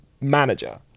manager